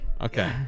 Okay